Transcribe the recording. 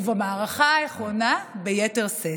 ובמערכה האחרונה ביתר שאת.